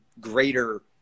greater